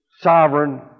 sovereign